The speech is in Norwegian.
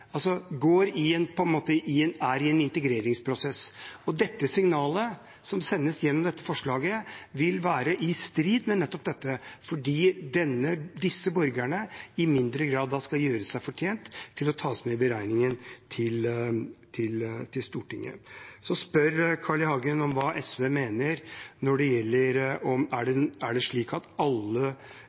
er i en integreringsprosess. Det signalet som sendes gjennom dette forslaget, vil være i strid med nettopp dette fordi disse borgerne i mindre grad da skal gjøre seg fortjent til å tas med i beregningen til Stortinget. Så spør Carl I. Hagen om det er slik at SV